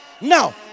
Now